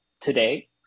today